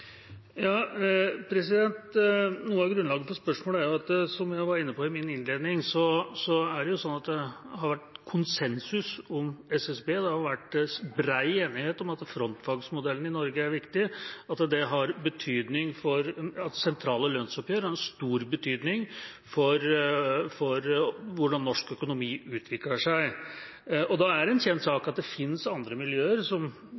Noe av grunnlaget for spørsmålet er, som jeg var inne på i min innledning, at det har vært konsensus om SSB. Det har vært bred enighet om at frontfagmodellen i Norge er viktig, at det har betydning for sentrale lønnsoppgjør og stor betydning for hvordan norsk økonomi utvikler seg. Da er det en kjent sak at det finnes andre miljøer som